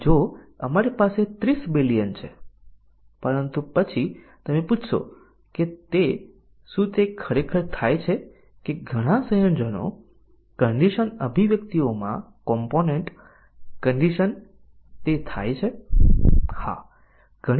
હવે ચાલો હવે પછીની કન્ડિશન આધારિત ટેસ્ટીંગ જોઈએ જે ડીસીઝન ના કવરેજ સાથે બેઝીક કન્ડિશન તરીકે ઓળખાય છે